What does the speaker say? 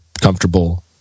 comfortable